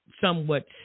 somewhat